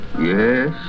Yes